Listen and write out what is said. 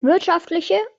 wirtschaftliche